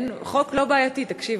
החוק לא בעייתי, תקשיבו.